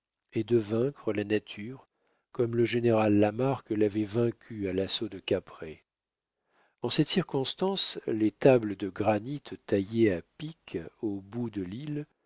et de vaincre la nature comme le général lamarque l'avait vaincue à l'assaut de caprée en cette circonstance les tables de granit taillées à pic au bout de l'île